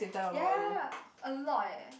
ya a lot eh